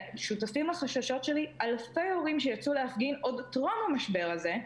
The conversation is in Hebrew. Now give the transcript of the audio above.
ושותפים לחששות שלי אלפי הורים שיצאו להפגין עוד טרום המשבר הזה,